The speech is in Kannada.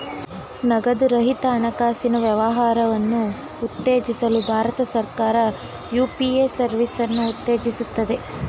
ನಗದು ರಹಿತ ಹಣಕಾಸಿನ ವ್ಯವಹಾರವನ್ನು ಉತ್ತೇಜಿಸಲು ಭಾರತ ಸರ್ಕಾರ ಯು.ಪಿ.ಎ ಸರ್ವಿಸನ್ನು ಉತ್ತೇಜಿಸುತ್ತದೆ